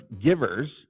givers